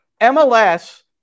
MLS